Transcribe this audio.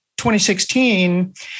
2016